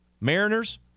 Mariners